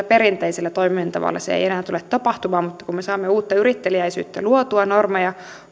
perinteisellä toimintatavalla se ei ei enää tule tapahtumaan mutta kun me saamme uutta yritteliäisyyttä luotua ja normeja